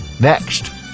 next